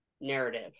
narrative